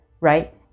right